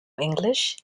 english